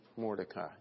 Mordecai